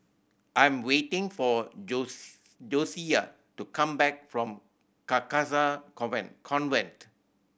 I'm waiting for Josiah to come back from Carcasa Convent